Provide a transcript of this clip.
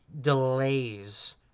delays